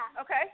Okay